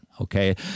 okay